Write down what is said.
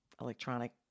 electronic